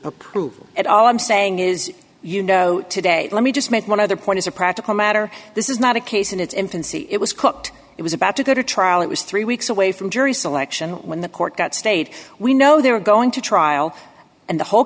approval at all i'm saying is you know today let me just make one other point as a practical matter this is not a case in its infancy it was cooked it was about to go to trial it was three weeks away from jury selection when the court that state we know they're going to trial and the whole